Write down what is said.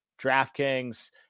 DraftKings